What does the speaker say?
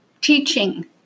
teaching